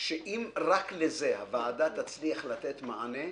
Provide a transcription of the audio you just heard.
שאם רק לזה הוועדה תצליח לתת מענה,